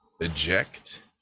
eject